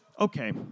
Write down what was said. Okay